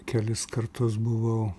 kelis kartus buvau